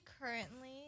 currently